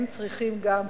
הם צריכים גם,